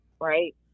right